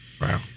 wow